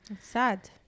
Sad